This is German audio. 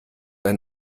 ein